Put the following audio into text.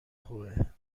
خوبه